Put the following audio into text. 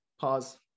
pause